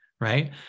right